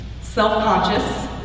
self-conscious